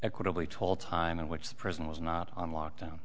equitably told time in which the person was not on lockdown